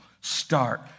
Start